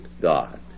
God